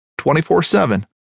24-7